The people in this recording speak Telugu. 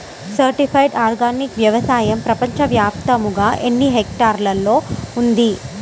సర్టిఫైడ్ ఆర్గానిక్ వ్యవసాయం ప్రపంచ వ్యాప్తముగా ఎన్నిహెక్టర్లలో ఉంది?